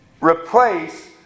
replace